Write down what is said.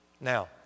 Now